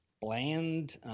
bland